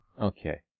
Okay